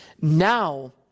Now